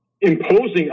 imposing